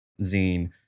zine